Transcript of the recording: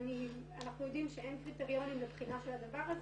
אנחנו יודעים שאין קריטריונים לבחינה של הדבר הזה,